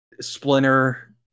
splinter